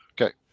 Okay